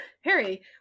Harry